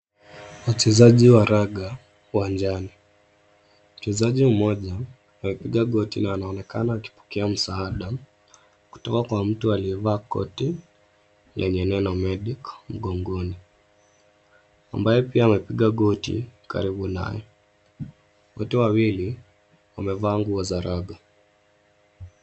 Wachezaji wa raga uwanjani mchezaji mmoja akipiga goti na anonekana akipokea msaada kutoka kwa mtu aliyevaa koti lenye neno medic mgongoni ambaye pia amepiga goti karibu naye. Wote wawili wamevaa nguo za raga.